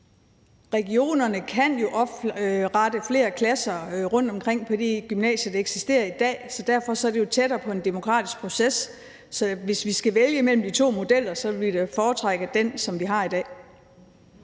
Regionerne kan jo oprette flere klasser rundtomkring på de gymnasier, der eksisterer i dag. Derfor er det jo tættere på en demokratisk proces. Så hvis vi skal vælge mellem de to modeller, vil vi da foretrække den, som vi har i dag.